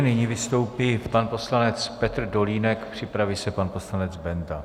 Nyní vystoupí pan poslanec Petr Dolínek, připraví se pan poslanec Benda.